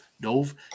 dove